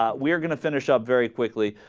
um we're gonna finish up very quickly